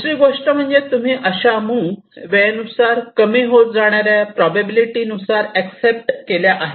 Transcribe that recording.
दुसरी गोष्ट म्हणजे तुम्ही अशा मूव्ह वेळेनुसार कमी होत जाणाऱ्या प्रोबॅबिलिटी नुसार एक्सेप्ट केल्या आहेत